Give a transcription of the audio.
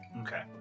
Okay